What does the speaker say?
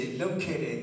located